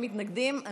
אין מתנגדים.